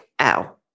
ow